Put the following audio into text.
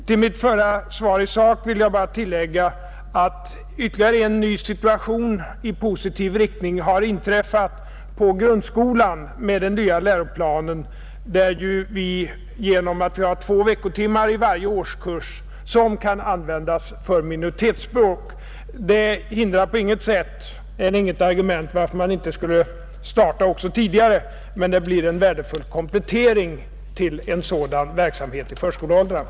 Till mitt förra svar i sak vill jag bara tillägga att ytterligare en positiv faktor har tillkommit i grundskolan genom att vi där enligt den nya läroplanen har två veckotimmar i varje årskurs som kan användas för minoritetsspråk. Det är inget argument för att man inte skulle starta också tidigare, men det blir en värdefull komplettering till en sådan verksamhet i förskoleåldrarna,